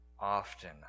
Often